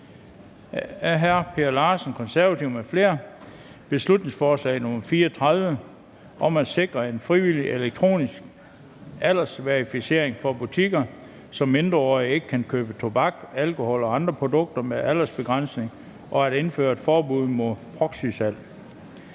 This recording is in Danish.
nr. B 34 (Forslag til folketingsbeslutning om at sikre en frivillig elektronisk aldersverificering for butikker, så mindreårige ikke kan købe tobak, alkohol og andre produkter med aldersbegrænsning, og at indføre et forbud mod proxysalg).